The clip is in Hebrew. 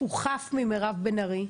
חף ממירב בן ארי,